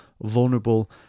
vulnerable